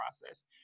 process